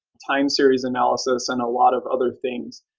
time series analysis and a lot of other things.